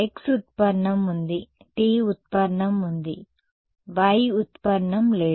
x ఉత్పన్నం ఉంది t ఉత్పన్నం ఉంది y ఉత్పన్నం లేదు